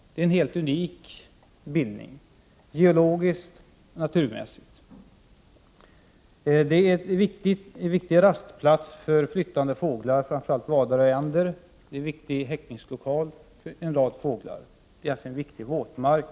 Det är en helt unik bildning geologiskt och naturmässigt. Det är en viktig rastplats för flyttande fåglar, framför allt vadare och änder. Det är också en viktig häckningslokal för en rad fåglar. Det rör sig alltså om en viktig våtmark.